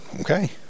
Okay